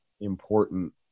important